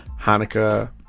Hanukkah